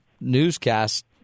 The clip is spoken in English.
newscast